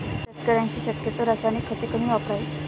शेतकऱ्यांनी शक्यतो रासायनिक खते कमी वापरावीत